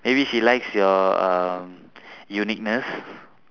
maybe she likes your uh uniqueness